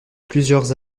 plusieurs